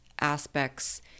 aspects